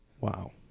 Wow